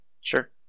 Sure